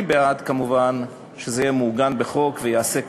אני כמובן בעד שזה יהיה מעוגן בחוק וייעשה כנדרש.